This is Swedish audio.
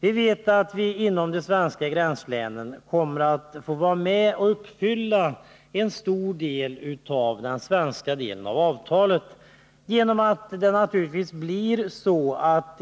Vi vet att vi inom de svenska gränslänen kommer att få vara med om att uppfylla en stor del av de svenska åtagandena i avtalet.